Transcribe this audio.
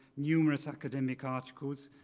numerous academic articles,